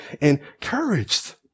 encouraged